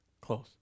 Close